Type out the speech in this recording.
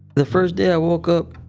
the first day i woke up,